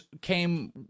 came